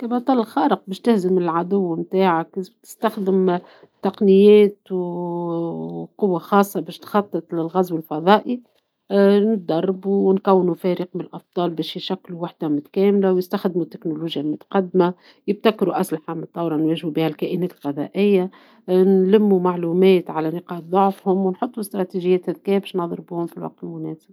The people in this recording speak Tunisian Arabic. كان أنا بطل خارق، نجم نستعمل قوايا الخارقة للخروج بمخطط. نعمل فريق مع أبطال آخرين ونستعمل الذكاء والتكنولوجيا. نبرمج فخاخ ونستعمل أسلحة متطورة ضد الكائنات. نحب نكتشف نقاط ضعفهم ونحمي كوكبنا. المهم هو العمل الجماعي والتخطيط الجيد، وبهذا نجم نحقق النصر.